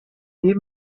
les